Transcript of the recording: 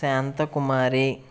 Shanthakumari